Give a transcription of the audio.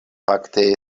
fakte